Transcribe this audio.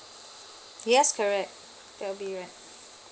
yes correct that will be right